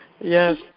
Yes